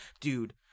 dude